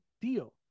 deal